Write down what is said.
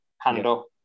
handle